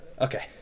Okay